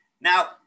Now